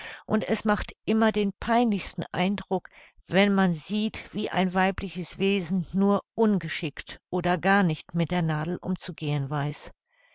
und es macht immer den peinlichsten eindruck wenn man sieht wie ein weibliches wesen nur ungeschickt oder gar nicht mit der nadel umzugehen weiß